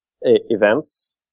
events